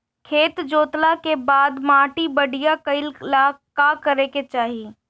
खेत जोतला के बाद माटी बढ़िया कइला ला का करे के चाही?